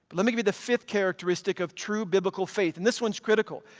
let me give you the fifth characteristic of true biblical faith, and this one's critical.